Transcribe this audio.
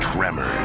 Tremor